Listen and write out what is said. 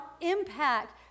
impact